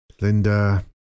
Linda